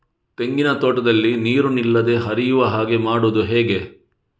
ತೆಂಗಿನ ತೋಟದಲ್ಲಿ ನೀರು ನಿಲ್ಲದೆ ಹರಿಯುವ ಹಾಗೆ ಮಾಡುವುದು ಹೇಗೆ?